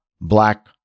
black